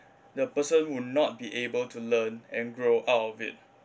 the person would not be able to learn and grow out of it